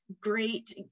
great